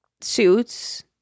Suits